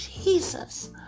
Jesus